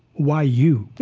why you?